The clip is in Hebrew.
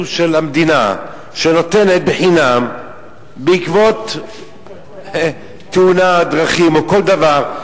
של המדינה שניתן בחינם בעקבות תאונת דרכים או כל דבר.